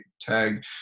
tag